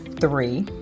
Three